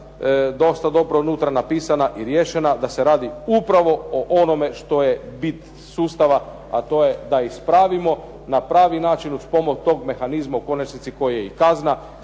da su dosta dobro unutra napisana i riješena, da se radi upravo o onome što je bit sustava, a to je da ispravimo na pravi način uz pomoć tog mehanizma u konačnici koji je i kazna